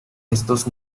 estos